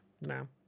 No